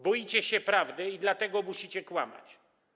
Boicie się prawdy i dlatego musicie kłamać.